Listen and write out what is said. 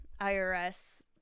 IRS